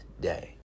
day